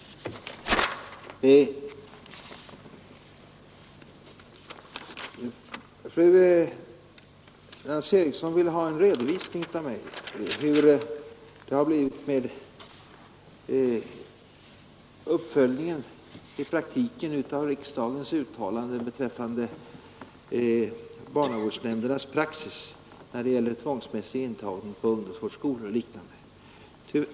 Fru Nancy Eriksson vill ha en redovisning av mig hur det har blivit med uppföljningen i praktiken av riksdagens uttalanden beträffande barnavårdsnämndernas praxis när det gäller tvångsmässig intagning på ungdomsvårdskolor och liknande.